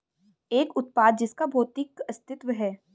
एक उत्पाद जिसका भौतिक अस्तित्व है?